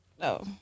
No